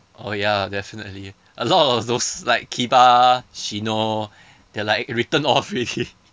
oh ya definitely a lot of those like kiba shino they're like written off already